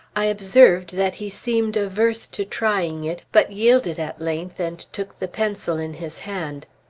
i observed that he seemed averse to trying it, but yielded at length and took the pencil in his hand.